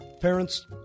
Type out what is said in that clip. parents